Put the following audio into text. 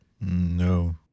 No